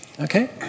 Okay